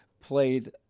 played